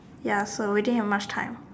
ya so we didn't have much time